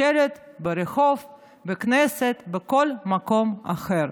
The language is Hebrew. בשלט, ברחוב, בכנסת, בכל מקום אחר.